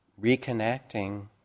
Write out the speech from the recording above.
reconnecting